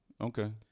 okay